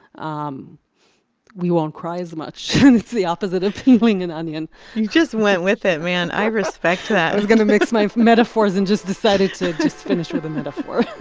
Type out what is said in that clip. um we won't cry as much and it's the opposite appealing an onion you just went with it, man, i respect that i was going to mix my metaphors and just decided to finish with a metaphor